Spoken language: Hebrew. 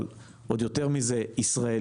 אבל עוד יותר מזה ישראליות,